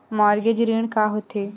Mortgage ऋण का होथे?